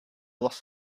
loss